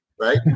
right